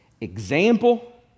example